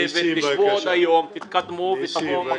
תשבו עוד היום, תתקדמו ותבואו מחר.